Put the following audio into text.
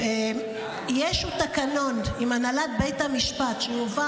שיהיה איזשהו תקנון עם הנהלת בתי המשפט שיועבר